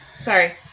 Sorry